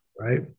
right